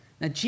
Now